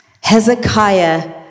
Hezekiah